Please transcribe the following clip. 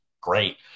great